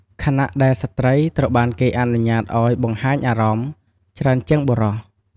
ខណៈដែលស្ត្រីត្រូវបានគេអនុញ្ញាតឱ្យ បង្ហាញអារម្មណ៍ ច្រើនជាងបុរស។